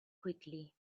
quickly